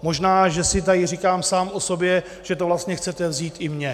Možná že si tady říkám sám o sobě, že to vlastně chcete vzít i mně.